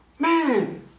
Man